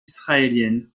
israélienne